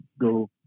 go